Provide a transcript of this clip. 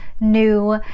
New